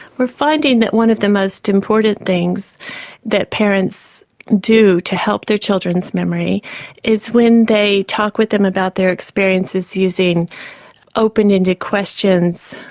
we're finding that one of the most important things that parents do to help their children's memory is when they talk with them about their experiences using open ended questions,